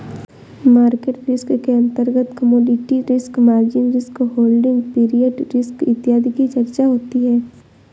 market risk के अंतर्गत commodity risk, margin risk, holding period risk इत्यादि की चर्चा होती है